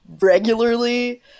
regularly